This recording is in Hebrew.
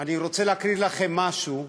אני רוצה להקריא לכם משהו.